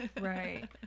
Right